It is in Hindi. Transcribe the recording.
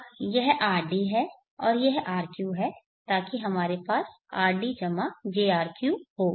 अब यह rd है और यह rq है ताकि हमारे पास rd jrq हो